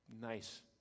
nice